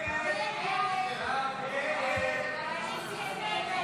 הסתייגות 7 לא נתקבלה.